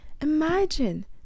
imagine